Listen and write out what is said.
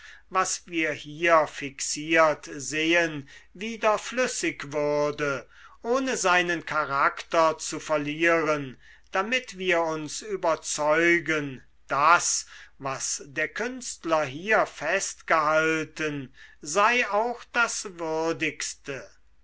was wir hier fixiert sehen wieder flüssig würde ohne seinen charakter zu verlieren damit wir uns überzeugen das was der künstler hier festgehalten sei auch das würdigste